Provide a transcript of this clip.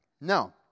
No